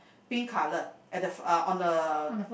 pink colour at the on the